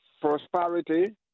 prosperity